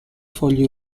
fogli